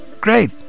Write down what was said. Great